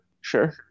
Sure